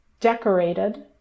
decorated